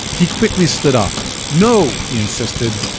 he quickly stood up no! he insisted.